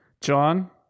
John